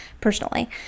personally